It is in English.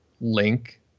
link